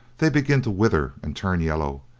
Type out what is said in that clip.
they begin to wither and turn yellow,